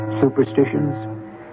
superstitions